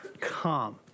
come